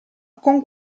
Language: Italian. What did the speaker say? con